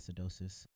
acidosis